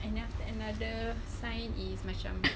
and then after that another sign is macam